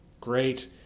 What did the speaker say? great